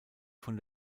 von